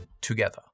together